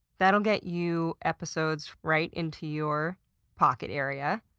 that'll get you episodes right into your pocket area.